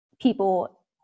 people